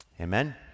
Amen